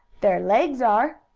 their legs are!